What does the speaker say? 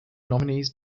nominees